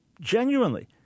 Genuinely